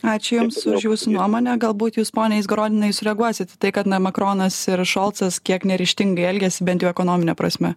ačiū jums už jūsų nuomonę galbūt jūs pone izgorodinai sureaguosit į tai kad na makronas šolcas kiek neryžtingai elgiasi bent jau ekonomine prasme